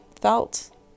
felt